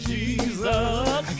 Jesus